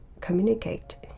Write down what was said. communicate